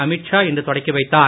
அமித் ஷா இன்று தொடக்கிவைத்தார்